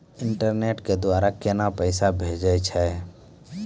Internet के द्वारा केना पैसा भेजय छै?